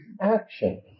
action